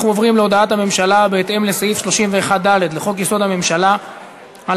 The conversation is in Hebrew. אנחנו עוברים להודעת הממשלה בהתאם לסעיף 31(ד) לחוק-יסוד: הממשלה על